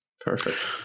Perfect